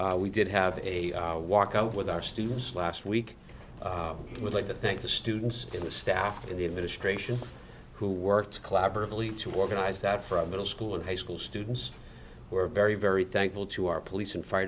we did have a walk out with our students last week i would like to thank the students and the staff in the administration who worked collaboratively to organize that from middle school and high school students who are very very thankful to our police and fire